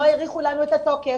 לא האריכו לנו את התוקף,